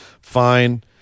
Fine